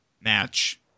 match